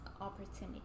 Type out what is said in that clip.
opportunity